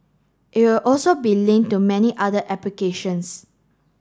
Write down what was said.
it would also be linked to many other applications